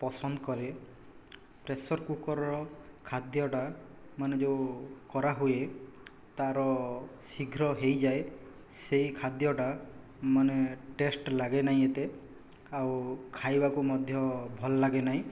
ପସନ୍ଦ କରେ ପ୍ରେସର କୁକରର ଖାଦ୍ୟଟା ମାନେ ଯେଉଁ କରାହୁଏ ତା'ର ଶୀଘ୍ର ହୋଇଯାଏ ସେହି ଖାଦ୍ୟଟା ମାନେ ଟେଷ୍ଟ ଲାଗେ ନାହିଁ ଏତେ ଆଉ ଖାଇବାକୁ ମଧ୍ୟ ଭଲ ଲାଗେ ନାହିଁ